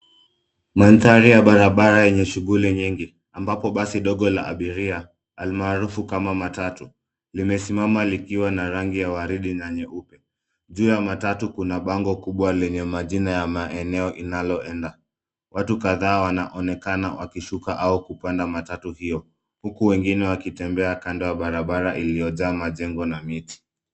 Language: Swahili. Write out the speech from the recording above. Mandhari ya barabara yenye shughuli nyingi, ambapo basi dogo la abiria almaarufu matatu limesimama likiwa na rangi ya waridi na nyeupe. Juu ya matatu kuna bango kubwa lenye jina ya maeneo inaloenda. Watu kadhaa wanaonekana wakishuka au kupanda matatu hio ,huku wengine wakitembea kando ya barabara iliyojaa majengo na miti.